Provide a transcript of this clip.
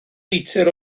litr